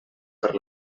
per